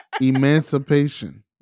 Emancipation